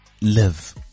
live